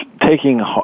taking